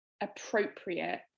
appropriate